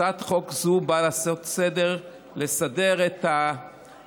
הצעת חוק זו באה לעשות סדר, לסדר את העבירות